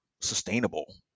sustainable